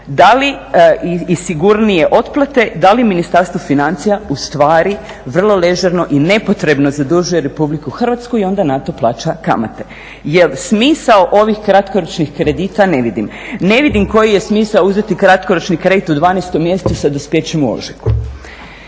dugom i sigurnije otplate. Da li Ministarstvo financija u stvari vrlo ležerno i nepotrebno zadužuje Republiku Hrvatsku i onda na to plaća kamate, jer smisao ovih kratkoročnih kredita ne vidim. Ne vidim koji je smisao uzeti kratkoročni kredit u 12 mjesecu sa dospijećem u ožujku.